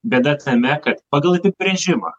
bėda tame kad pagal apibrėžimą